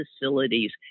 facilities